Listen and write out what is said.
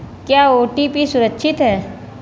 क्या ओ.टी.पी सुरक्षित है?